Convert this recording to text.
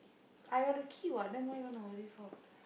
I got the key what the why you want to worry for